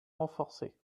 renforcés